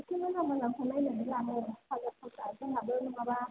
एसे मोजां मोजांखौ नायनानै लाबो जोंहाबो नङाबा